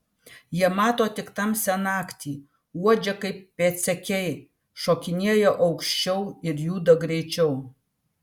jie mato tik tamsią naktį uodžia kaip pėdsekiai šokinėja aukščiau ir juda greičiau